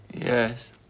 Yes